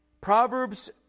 Proverbs